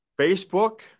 Facebook